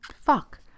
fuck